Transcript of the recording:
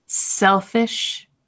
Selfish